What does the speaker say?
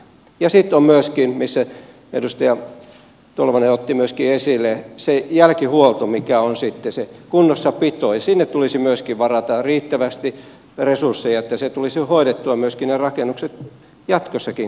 ja sitten on myöskin se minkä edustaja tolvanen otti esille jälkihuolto mikä on sitten se kunnossapito ja sinne tulisi myöskin varata riittävästi resursseja että ne rakennukset tulisi hoidettua jatkossakin